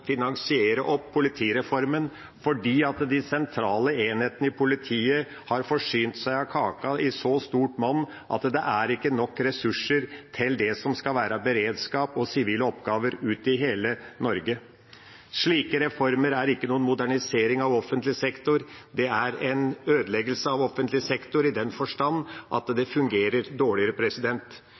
finansiere opp politireformen, fordi de sentrale enhetene i politiet har forsynt seg av kaken i så stort monn at det ikke er nok ressurser til det som skal være beredskap og sivile oppgaver ute i hele Norge. Slike reformer er ikke noen modernisering av offentlig sektor. Det er ødeleggelse av offentlig sektor, i den forstand at den fungerer dårligere.